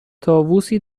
طاووسی